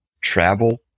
travel